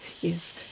Yes